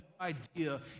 idea